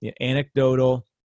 anecdotal